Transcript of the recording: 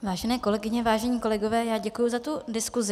Vážené kolegyně, vážení kolegyně, já děkuji za tu diskusi.